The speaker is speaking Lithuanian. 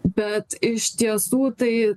bet iš tiesų tai